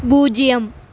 பூஜ்ஜியம்